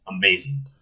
amazing